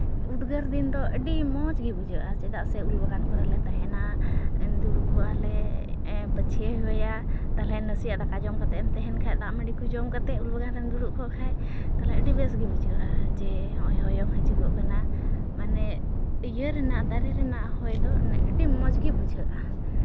ᱩᱫᱽᱜᱟᱹᱨ ᱫᱤᱱ ᱫᱚ ᱟᱹᱰᱤ ᱢᱚᱡᱽ ᱵᱩᱡᱷᱟᱹᱜᱼᱟ ᱪᱮᱫᱟᱜ ᱥᱮ ᱩᱞ ᱵᱟᱜᱟᱱ ᱠᱚᱨᱮ ᱞᱮ ᱛᱟᱦᱮᱱᱟ ᱫᱩᱲᱩᱵ ᱠᱚᱜᱼᱟ ᱞᱮ ᱯᱟᱹᱪᱷᱭᱟᱹ ᱦᱚᱭᱟ ᱛᱟᱞᱦᱮ ᱱᱟᱥᱮᱭᱟᱜ ᱫᱟᱠᱟ ᱡᱚᱢ ᱠᱟᱛᱮᱫ ᱮᱢ ᱛᱟᱦᱮᱱ ᱠᱷᱟᱡ ᱫᱟᱜᱢᱟᱺᱰᱤ ᱡᱚᱢ ᱠᱟᱛᱮᱫ ᱩᱞ ᱵᱟᱜᱟᱱ ᱨᱮᱢ ᱫᱩᱲᱩᱵ ᱠᱚᱜ ᱠᱷᱟᱡ ᱛᱟᱞᱦᱮ ᱟᱹᱰᱤ ᱵᱮᱥ ᱜᱮ ᱵᱩᱡᱩᱜᱚᱜᱼᱟ ᱡᱮ ᱦᱚᱸᱜᱼᱚᱭ ᱦᱚᱭᱚᱝ ᱦᱟᱡᱩᱜᱚᱜ ᱠᱟᱱᱟ ᱢᱟᱱᱮ ᱤᱭᱟᱹ ᱨᱮᱱᱟᱜ ᱫᱟᱨᱮ ᱨᱮᱱᱟᱜ ᱦᱚᱭ ᱫᱚ ᱟᱹᱰᱤ ᱢᱚᱡᱽ ᱜᱮ ᱵᱩᱡᱷᱟᱹᱜᱼᱟ